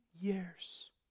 years